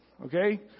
Okay